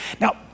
Now